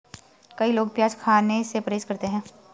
कई लोग प्याज खाने से परहेज करते है